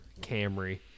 camry